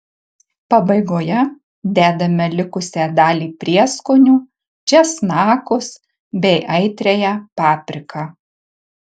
pabaigoje dedame likusią dalį prieskonių česnakus bei aitriąją papriką